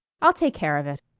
i'll take care of it.